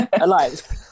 Alive